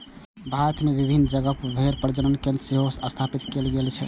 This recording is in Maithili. भारत मे विभिन्न जगह पर भेड़ प्रजनन केंद्र सेहो स्थापित कैल गेल छै